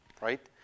right